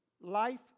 Life